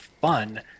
fun